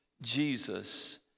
Jesus